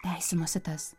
teisinosi tas